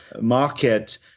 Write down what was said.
market